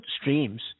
streams